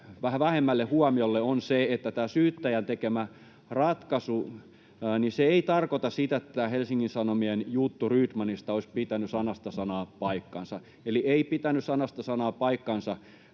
vähän vähemmälle huomiolle, on se, että tämä syyttäjän tekemä ratkaisu ei tarkoita sitä, että tämä Helsingin Sanomien juttu Rydmanista olisi pitänyt sanasta sanaan paikkansa, eli ei pitänyt sanasta sanaan paikkaansa